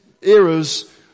eras